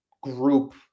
group